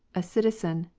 a citizen,